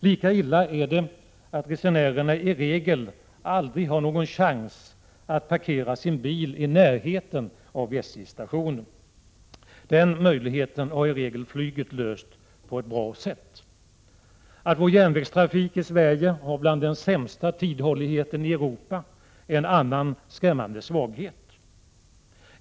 Lika illa är det att resenärerna i regel aldrig har någon chans att parkera sin bil i närheten av SJ:s stationer. Den möjligheten har i regel flyget löst på ett bra sätt. Att järnvägstrafiken i Sverige är bland de sämsta i Europa vad gäller tidhållningen är en annan skrämmande svaghet.